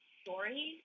story